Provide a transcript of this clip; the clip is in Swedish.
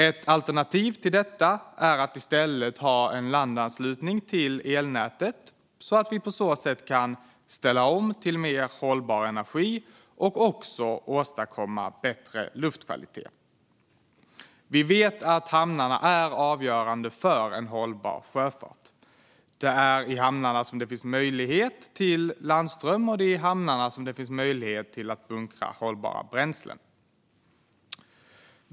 Ett alternativ till detta är att i stället ha en landanslutning till elnätet så att man på så sätt kan ställa om till mer hållbar energi och också åstadkomma bättre luftkvalitet. Hamnarna är avgörande för en hållbar sjöfart. Det är i hamnarna som det finns möjlighet till landström och till att bunkra hållbara bränslen.